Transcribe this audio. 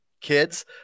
kids